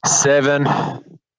Seven